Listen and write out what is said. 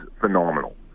phenomenal